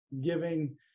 giving